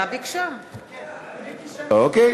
אוקיי.